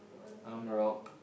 I'm rock